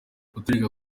guturika